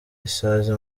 isazi